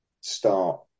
start